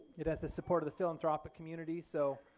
it has the support of the philanthropic community so,